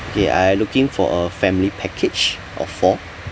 okay I looking for a family package of four